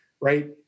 right